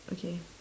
okay